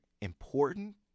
important